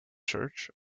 church